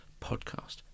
podcast